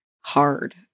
hard